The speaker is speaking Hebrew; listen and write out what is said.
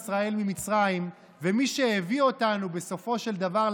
אנחנו ניתן את האמצעים וניתן את העובדים וניקח את האחריות.